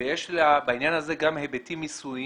ויש בעניין הזה גם היבטים ניסויים